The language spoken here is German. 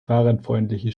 fahrradfreundliche